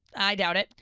i doubt it,